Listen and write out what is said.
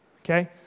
okay